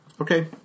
Okay